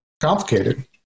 complicated